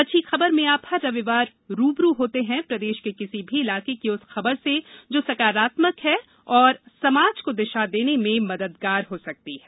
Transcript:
अच्छी खबर में आप हर रविवार रू ब रू होते हैं प्रदेश के किसी भी इलाके की उस खबर से जो सकारात्मक है और समाज को दिशा देने में मददगार हो सकती है